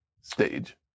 stage